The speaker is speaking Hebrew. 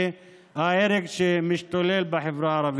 ההרג שמשתולל בחברה הערבית.